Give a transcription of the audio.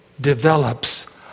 develops